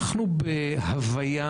אנחנו בהוויה